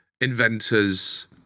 inventors